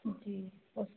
जी तो